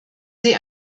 sie